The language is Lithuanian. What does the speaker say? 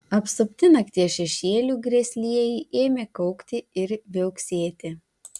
apsupti nakties šešėlių grėslieji ėmė kaukti ir viauksėti